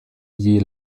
gli